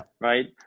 Right